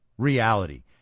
reality